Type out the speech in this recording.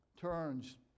turns